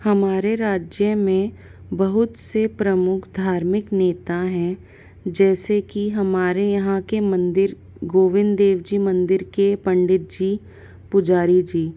हमारे राज्य में बहुत से प्रमुख धार्मिक नेता हैं जैसे कि हमारे यहाँ के मंदिर गोविंद देव जी मंदिर के पंडित जी पुजारी जी